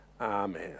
Amen